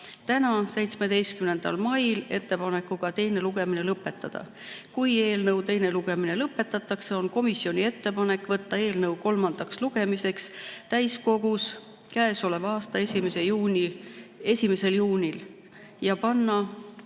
täna, 17. mail ettepanekuga teine lugemine lõpetada. Kui eelnõu teine lugemine lõpetatakse, on komisjoni ettepanek võtta eelnõu kolmandaks lugemiseks täiskogusse 1. juunil ja panna